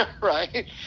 Right